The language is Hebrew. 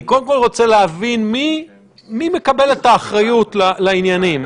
אני קודם כול רוצה להבין מי מקבל את האחריות לעניינים.